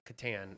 Catan